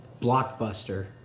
Blockbuster